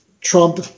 Trump